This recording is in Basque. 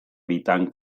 bitan